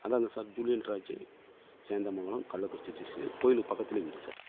அதாங்க sir Julian Raji Sendamangalam Kallakurichi district கோயிலுக்கு பக்கத்திலே வீடு சார்